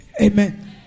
Amen